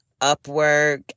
Upwork